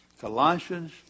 Colossians